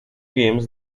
viemos